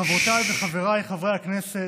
חברותיי וחבריי חברי הכנסת,